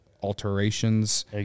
alterations